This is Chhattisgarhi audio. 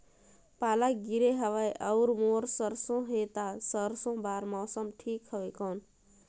पाला गिरे हवय अउर मोर सरसो हे ता सरसो बार मौसम ठीक हवे कौन?